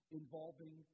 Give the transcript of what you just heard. involving